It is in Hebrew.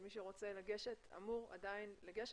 מי שרוצה לגשת, אמור לגשת.